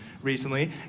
recently